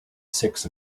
six